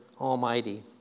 Almighty